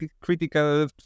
critical